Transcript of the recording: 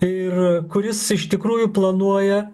ir kuris iš tikrųjų planuoja